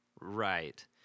Right